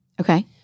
Okay